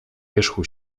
wierzchu